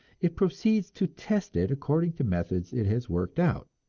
it proceeds to test it according to methods it has worked out,